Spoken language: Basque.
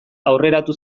aurreratu